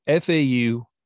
FAU